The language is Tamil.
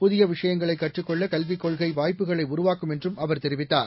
புதிய விஷயங்களை கற்றுக் கொள்ள கல்விக் கொள்கை வாய்ப்புக்களை உருவாக்கும் என்றும் அவர் தெரிவித்தார்